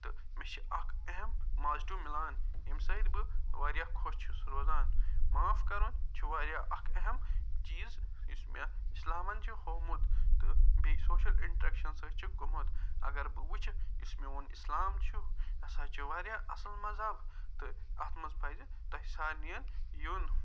تہٕ مےٚ چھِ اکھ اہم مازٹو تہٕ مِلان ییٚمہِ سۭتۍ بہٕ وارِیاہ خۄش چھُ سُہ روزان معاف کَرُن چھُ وارِیاہ اکھ اہم چیٖز یُس مےٚ اِسلامن چھُ ہوٚومُت تہٕ بیٚیہِ سوشل اِںٹرٛٮ۪کشن سۭتۍ چھُ گوٚمُت اگر بہٕ وٕچھِ یُس میون اِسلام چھُ یہِ ہسا چھُ وارِیاہ اصٕل مذہب تہٕ اتھ منٛز پَزِ تُہۍ سارنِین یُن